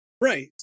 right